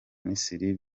misiri